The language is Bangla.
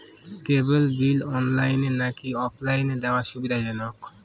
কেবল বিল অনলাইনে নাকি অফলাইনে দেওয়া সুবিধাজনক?